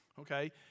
Okay